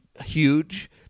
huge